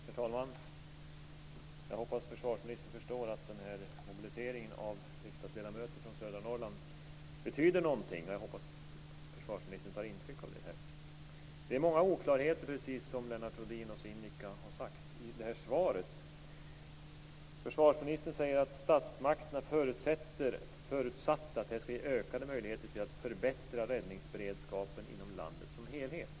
Herr talman! Jag hoppas att försvarsministern förstår att den här mobiliseringen av riksdagsledamöter från södra Norrland betyder någonting. Jag hoppas att försvarsministern tar intryck av det. Det är många oklarheter i det här svaret, precis som Lennart Rohdin och Sinikka Bohlin har sagt. Försvarsministern säger: "Statsmakterna förutsatte i detta beslut att samordningen av helikopterverksamheten inom Försvarsmakten skulle ge ökade möjligheter till att förbättra räddningsberedskapen inom landet som helhet."